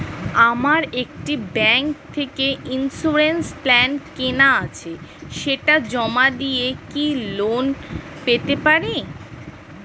আমার একটি ব্যাংক থেকে ইন্সুরেন্স প্ল্যান কেনা আছে সেটা জমা দিয়ে কি লোন পেতে পারি?